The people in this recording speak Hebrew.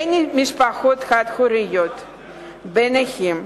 במשפחות חד-הוריות ובנכים.